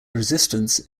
resistance